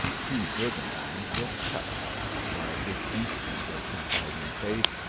king ferdinand was touched by this instance of confidiog faith,